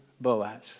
Boaz